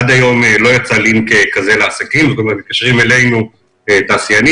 ועד היום לא יצא לינק כזה לעסקים ומתקשרים אלינו תעשיינים